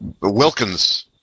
Wilkins